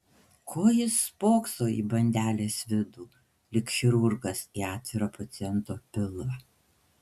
ko jis spokso į bandelės vidų lyg chirurgas į atvirą paciento pilvą